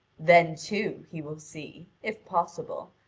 then, too, he will see, if possible,